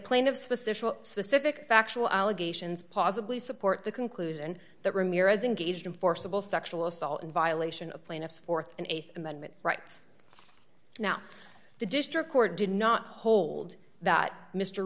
plain of specific specific factual allegations possibly support the conclusion that ramirez engaged in forcible sexual assault in violation of plaintiff's th and th amendment rights now the district court did not hold that mr